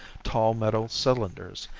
tall metal cylinders,